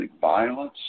violence